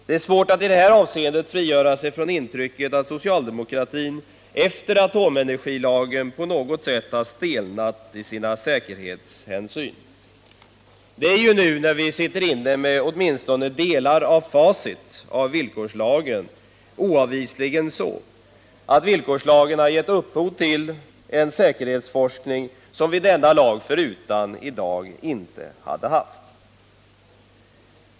Det är svårt att i detta avseende frigöra sig från intrycket att socialdemokratin sedan atomenergilagen på något sätt har stelnat i sina säkerhetshänsyn. Nu när vi sitter inne med åtminstone delar av facit beträffande villkorslagen, kan vi konstatera att villkorslagen oavvisligen har givit upphov till en säkerhetsforskning, som vi denna lag förutan inte hade haft i dag.